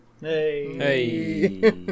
Hey